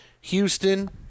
Houston –